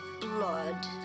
blood